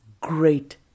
great